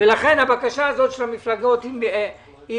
לכן הבקשה הזו של המפלגות היא ראויה.